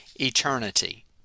eternity